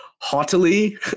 haughtily